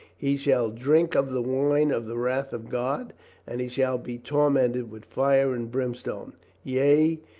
he shall drink of the wine of the wrath of god and he shall be tormented with fire and brimstone yea,